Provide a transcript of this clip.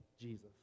Jesus